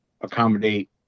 accommodate